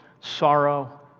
sorrow